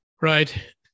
Right